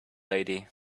lady